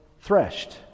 threshed